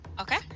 Okay